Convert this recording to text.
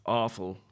awful